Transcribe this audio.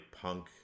punk